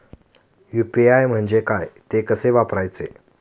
UPI म्हणजे काय, ते कसे वापरायचे?